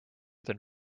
than